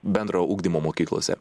bendro ugdymo mokyklose